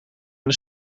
een